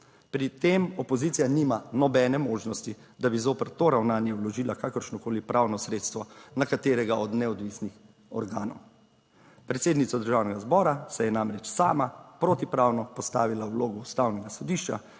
Pri tem opozicija nima nobene možnosti, da bi zoper to ravnanje vložila kakršnokoli pravno sredstvo, na katerega od neodvisnih organov. Predsednica Državnega zbora se je namreč sama protipravno postavila v vlogo Ustavnega sodišča,